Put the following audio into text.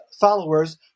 followers